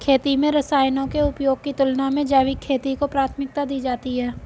खेती में रसायनों के उपयोग की तुलना में जैविक खेती को प्राथमिकता दी जाती है